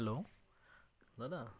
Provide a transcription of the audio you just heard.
hello দাদা